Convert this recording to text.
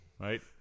Right